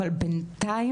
אבל בינתיים,